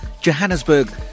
Johannesburg